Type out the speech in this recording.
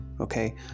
okay